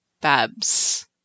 Babs